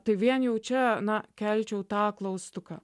tai vien jau čia na kelčiau tą klaustuką